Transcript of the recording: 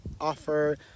offer